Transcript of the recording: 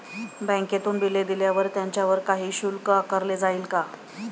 बँकेतून बिले दिल्यावर त्याच्यावर काही शुल्क आकारले जाईल का?